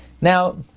Now